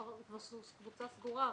זו כבר קבוצה סגורה הרי,